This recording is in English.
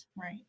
Right